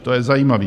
To je zajímavé.